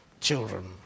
children